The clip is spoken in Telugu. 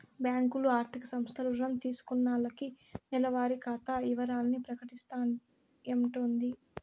బ్యాంకులు, ఆర్థిక సంస్థలు రుణం తీసుకున్నాల్లకి నెలవారి ఖాతా ఇవరాల్ని ప్రకటిస్తాయంటోది